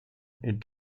and